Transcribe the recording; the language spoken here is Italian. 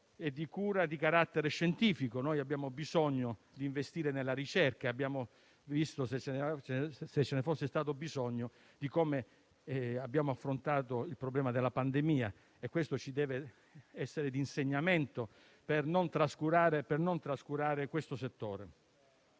e di cura di carattere scientifico. Abbiamo bisogno di investire nella ricerca e abbiamo visto, se ce ne fosse stato bisogno, come abbiamo affrontato il problema della pandemia. Questo ci deve essere di insegnamento per non trascurare il settore.